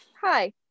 hi